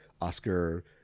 Oscar